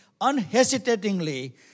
Unhesitatingly